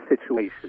situation